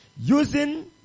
using